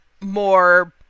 more